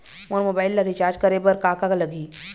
मोर mobile ला recharge करे बर का का लगही?